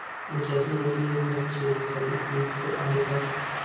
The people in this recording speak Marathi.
ऊसाची मळी हे खत शेतीसाठी उपयुक्त आहे का?